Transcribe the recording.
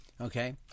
Okay